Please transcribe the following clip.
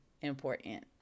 important